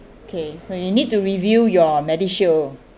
okay so you need to review your MediShield